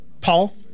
Paul